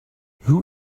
who